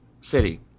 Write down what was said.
city